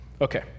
Okay